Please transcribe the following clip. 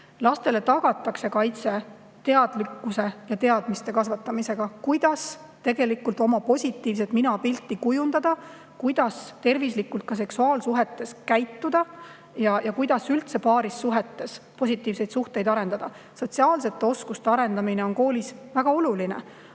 Lastele tagatakse kaitse teadlikkuse kasvatamisega. [Neile antakse teadmisi], kuidas tegelikult oma positiivset minapilti kujundada, kuidas tervislikult seksuaalsuhetes käituda ja kuidas üldse positiivseid paarisuhteid arendada. Sotsiaalsete oskuste arendamine on koolis väga oluline.